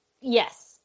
yes